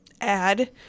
add